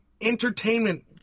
entertainment